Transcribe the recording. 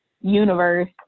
universe